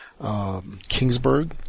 Kingsburg